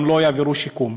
אם לא עברו שיקום.